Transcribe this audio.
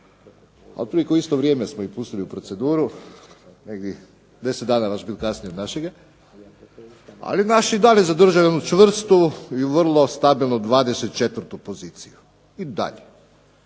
a otprilike u isto vrijeme smo ih pustili u proceduru negdje deset dana vaš kasnije od našega ali naš je i dalje zadržao jednu čvrstu i vrlo stabilnu 24. poziciju, i dalje.